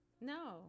no